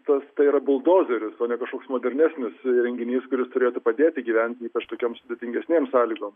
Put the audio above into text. tas tai yra buldozeris o ne kažkoks modernesnis įrenginys kuris turėtų padėti gyventi ypač tokiom sudėtingesnėm sąlygom